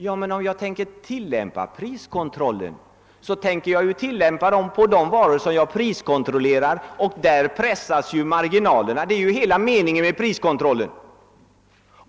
Ja, men om jag tänker tilllämpa priskontrollen vill jag pressa marginalerna på de varor som jag priskontrollerar. Det är ju hela meningen med priskontrollen.